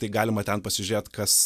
tai galima ten pasižiūrėt kas